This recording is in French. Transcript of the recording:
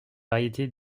variété